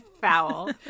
foul